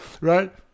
Right